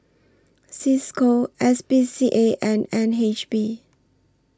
CISCO S P C A and N H B